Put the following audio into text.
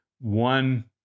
one